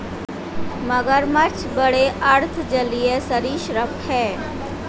मगरमच्छ बड़े अर्ध जलीय सरीसृप हैं